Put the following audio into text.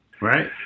right